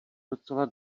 docela